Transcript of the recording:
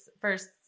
first